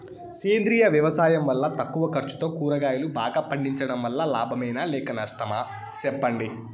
సేంద్రియ వ్యవసాయం వల్ల తక్కువ ఖర్చుతో కూరగాయలు బాగా పండించడం వల్ల లాభమేనా లేక నష్టమా సెప్పండి